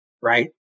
right